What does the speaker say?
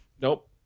Nope